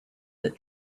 that